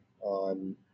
on